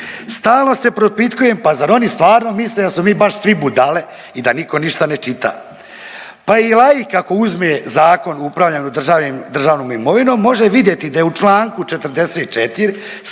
Stalno se propitkujem pa zar oni stvarno misle da smo mi baš svi budale i da nitko ništa ne čita. Pa i laik ako uzme Zakon o upravljanju državnom imovinom može vidjeti da je u članku 44.